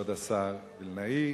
כבוד השר וילנאי,